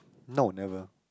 no never